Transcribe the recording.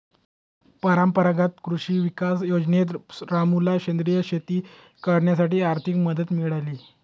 परंपरागत कृषी विकास योजनेत रामूला सेंद्रिय शेती करण्यासाठी आर्थिक मदत मिळाली